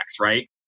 Right